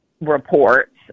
reports